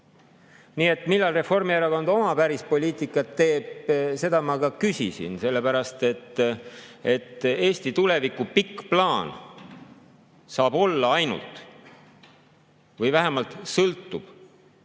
Millal Reformierakond oma pärispoliitikat teeb? Seda ma ka küsisin selle pärast, et Eesti tuleviku pikk plaan sõltub ainult või vähemalt sõltub